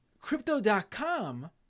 Crypto.com